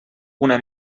una